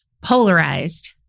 polarized